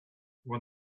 when